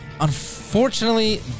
unfortunately